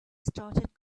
started